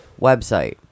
website